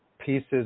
pieces